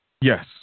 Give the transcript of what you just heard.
Yes